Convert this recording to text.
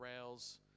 rails